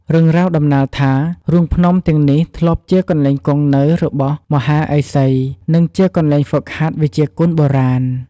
រឿងរ៉ាវដំណាលថា រូងភ្នំទាំងនេះធ្លាប់ជាកន្លែងគង់នៅរបស់មហាឥសី និងជាកន្លែងហ្វឹកហាត់វិជ្ជាគុនបុរាណ។